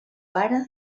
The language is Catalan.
pare